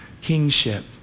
kingship